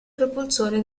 propulsore